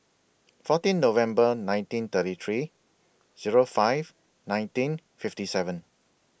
fourteen November nineteen thirty three Zero five nineteen fifty seven